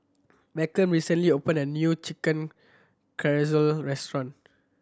Beckham recently opened a new Chicken restaurant